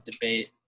debate